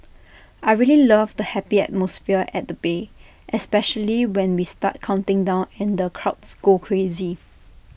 I really love the happy atmosphere at the bay especially when we start counting down and the crowds go crazy